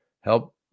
help